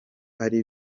ari